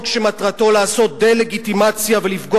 חוק שמטרתו לעשות דה-לגיטימציה ולפגוע